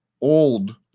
Old